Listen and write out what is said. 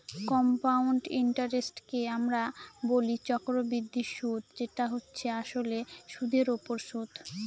compound ইন্টারেস্টকে আমরা বলি চক্রবৃদ্ধি সুদ যেটা হচ্ছে আসলে সুধের ওপর সুদ